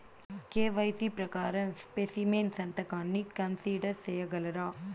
KYC ప్రకారం specimen సంతకాన్ని consider సేయగలరా?